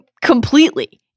completely